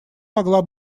могла